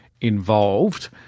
involved